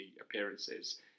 appearances